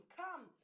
come